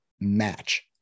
match